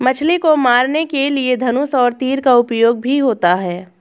मछली को मारने के लिए धनुष और तीर का उपयोग भी होता है